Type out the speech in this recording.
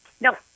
no